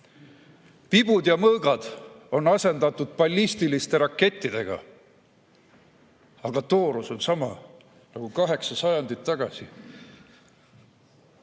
Vibud ja mõõgad on asendatud ballistiliste rakettidega, aga toorus on sama nagu kaheksa sajandit